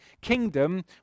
kingdom